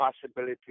possibility